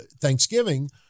Thanksgiving